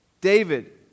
David